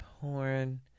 porn